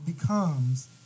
becomes